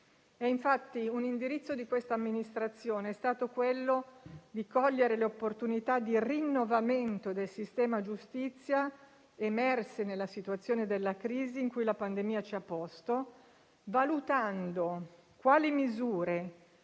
Infatti, un indirizzo di quest'amministrazione è stato quello di cogliere le opportunità di rinnovamento del sistema giustizia emerse nella situazione della crisi in cui la pandemia ci ha posto, valutando quali misure,